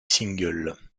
single